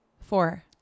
four